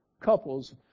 couples